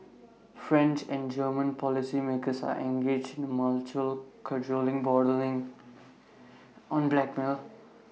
French and German policymakers are engaged in mutual cajoling bordering on blackmail